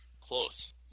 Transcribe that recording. Close